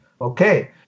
Okay